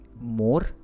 more